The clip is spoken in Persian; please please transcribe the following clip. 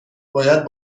باید